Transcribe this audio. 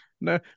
no